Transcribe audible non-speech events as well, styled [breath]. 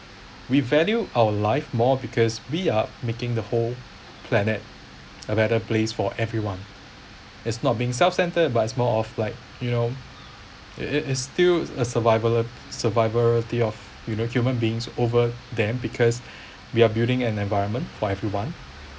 we value our life more because we are making the whole planet a better place for everyone it's not being self centered but it's more of like you know it it it's still a survival survivalrity of you know human beings over them because [breath] we are building an environment for everyone